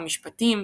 משפטים,